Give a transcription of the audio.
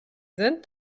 sind